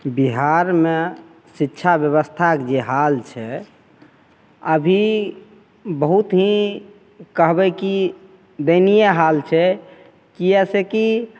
बिहारमे शिक्षा बेबस्थाके जे हाल छै अभी बहुत ही कहबै कि दयनीय हाल छै किएक से कि